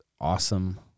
awesome